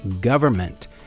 government